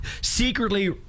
secretly